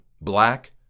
black